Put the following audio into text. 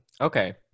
okay